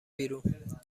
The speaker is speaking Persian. بیرون